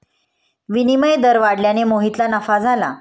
विनिमय दर वाढल्याने मोहितला नफा झाला